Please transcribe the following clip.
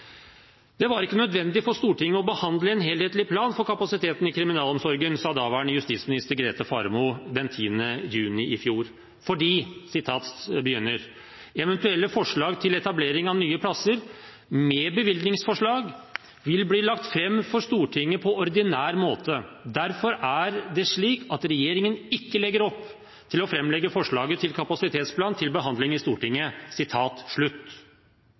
ikke var nødvendig for Stortinget å behandle en helhetlig plan for kapasiteten i kriminalomsorgen, fordi: «Eventuelle forslag til etablering av nye plasser, med bevilgningsforslag, vil bli lagt fram for Stortinget på ordinær måte. Derfor er det slik at regjeringen ikke legger opp til å framlegge forslaget til kapasitetsplan til behandling i Stortinget.»